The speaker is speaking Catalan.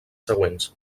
següents